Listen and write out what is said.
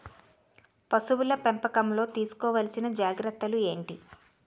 పశువుల పెంపకంలో తీసుకోవల్సిన జాగ్రత్త లు ఏంటి?